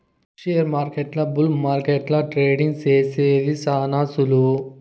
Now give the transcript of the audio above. షేర్మార్కెట్ల బుల్ మార్కెట్ల ట్రేడింగ్ సేసేది శాన సులువు